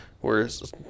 Whereas